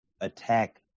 attack